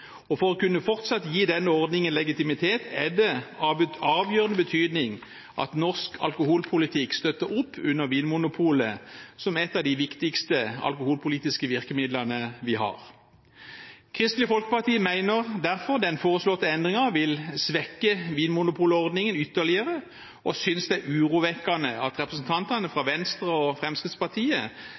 og verdsatt av befolkningen. For fortsatt å kunne gi denne ordningen legitimitet er det av avgjørende betydning at norsk alkoholpolitikk støtter opp om Vinmonopolet som et av de viktigste alkoholpolitiske virkemidlene vi har. Kristelig Folkeparti mener derfor den foreslåtte endringen vil svekke vinmonopolordningen ytterligere, og synes det er urovekkende at representantene fra Venstre og Fremskrittspartiet